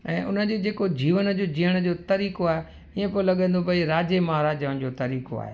ऐं उन जो जेको जीवन जो जीअण जो तरीक़ो आहे ईअं पियो लॻे त भई राजा महाराजाउनि जो तरीक़ो आहे